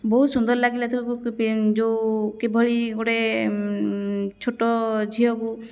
ବହୁତ ସୁନ୍ଦର ଲାଗିଲା ଯେଉଁ କିଭଳି ଗୋଟେ ଛୋଟ ଝିଅକୁ